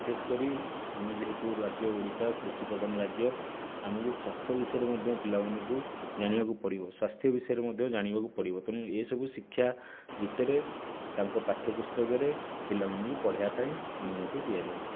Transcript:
ବିଶେଷକରି ଆମେ ଯେହେତୁ ରାଜ୍ୟ ଓଡ଼ିଶା କୃଷି ପ୍ରଧାନ ରାଜ୍ୟ ଆମକୁ ଚାଷ ବିଷୟରେ ମଧ୍ୟ ପିଲାମାନଙ୍କୁ ଜାଣିବାକୁ ପଡ଼ିବ ସ୍ୱାସ୍ଥ୍ୟ ବିଷୟରେ ମଧ୍ୟ ଜାଣିବାକୁ ପଡ଼ିବ ତେଣୁ ଏସବୁ ଶିକ୍ଷା ଭିତରେ ତାଙ୍କ ପାଠ୍ୟପୁସ୍ତକରେ ପିଲାମାନଙ୍କୁ ପଢ଼ିବା ପାଇଁ ଅନୁମତି ଦିଆଯାଉ